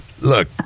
Look